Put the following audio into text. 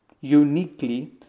uniquely